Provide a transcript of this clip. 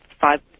five